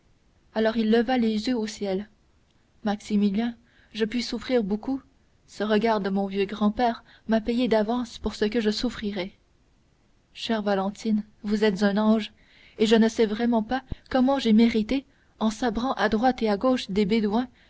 alors il leva les yeux au ciel maximilien je puis souffrir beaucoup ce regard de mon vieux grand-père m'a payée d'avance pour ce que je souffrirai chère valentine vous êtes un ange et je ne sais vraiment pas comment j'ai mérité en sabrant à droite et à gauche des bédouins